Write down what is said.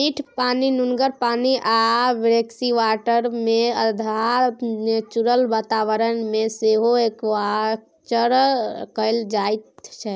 मीठ पानि, नुनगर पानि आ ब्रेकिसवाटरमे अधहा नेचुरल बाताबरण मे सेहो एक्वाकल्चर कएल जाइत छै